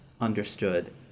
understood